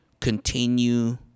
continue